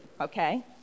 okay